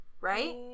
Right